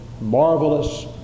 marvelous